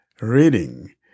Reading